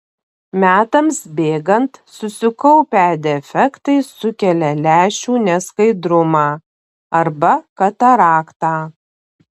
metams bėgant susikaupę defektai sukelia lęšių neskaidrumą arba kataraktą